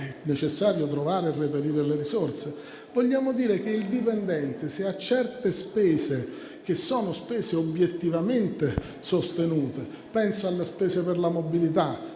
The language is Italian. è necessario trovare e reperire le risorse. Vogliamo dire che, se il dipendente ha certe spese che sono obiettivamente sostenute (penso alle spese per la mobilità,